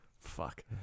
Fuck